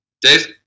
Dave